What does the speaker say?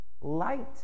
light